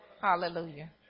Hallelujah